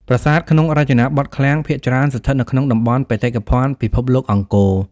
ប្រាសាទក្នុងរចនាបថឃ្លាំងភាគច្រើនស្ថិតនៅក្នុងតំបន់បេតិកភណ្ឌពិភពលោកអង្គរ។